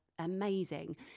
amazing